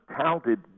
talented